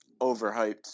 overhyped